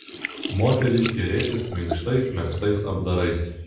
moterys gėrėsis minkštais megztais apdarais